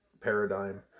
paradigm